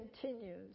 continues